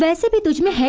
yeah subba lakshmi.